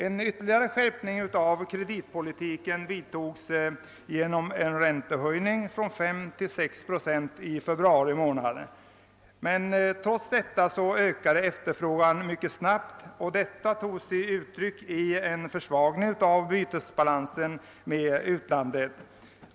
En ytterligare skärpning av kreditpolitiken vidtogs genom en räntehöjning från 5 till 6 procent i februari. Trots detta ökade efterfrågan mycket snabbt, vilket tog sig uttryck i en försvagning av bytesbalansen med utlandet.